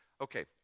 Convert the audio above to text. Okay